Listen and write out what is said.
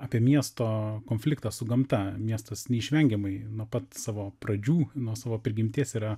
apie miesto konfliktą su gamta miestas neišvengiamai nuo pat savo pradžių nuo savo prigimties yra